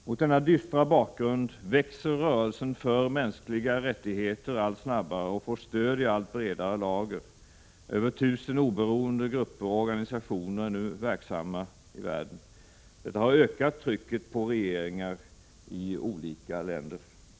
Mot denna dystra bakgrund växer rörelsen för mänskliga rättigheter allt snabbare och får stöd i allt bredare lager — över ett tusen oberoende grupper och organisationer är nu verksamma i världen. Detta har ökat trycket på regeringar i olika länder.